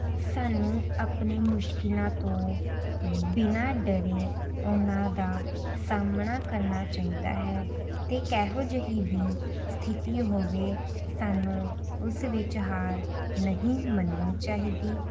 ਸਾਨੂੰ ਆਪਣੀ ਮੁਸ਼ਕਲਾਂ ਤੋਂ ਬਿਨ੍ਹਾਂ ਡਰੇ ਉਹਨਾਂ ਦਾ ਸਾਹਮਣਾ ਕਰਨਾ ਚਾਹੀਦਾ ਹੈ ਅਤੇ ਕਿਹੋ ਜਿਹੀ ਵੀ ਸਥਿਤੀ ਹੋਵੇ ਸਾਨੂੰ ਉਸ ਵਿੱਚ ਹਾਰ ਨਹੀਂ ਮੰਨਣੀ ਚਾਹੀਦੀ